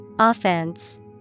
Offense